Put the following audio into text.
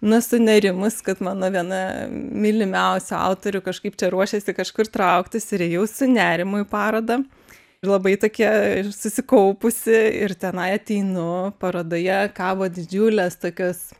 nu sunerimus kad mano viena mylimiausių autorių kažkaip čia ruošiasi kažkur trauktis ir ėjau su nerimu į parodą ir labai tokia ir susikaupusi ir tenai ateinu parodoje kabo didžiulės tokios